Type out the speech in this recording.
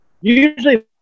Usually